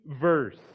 verse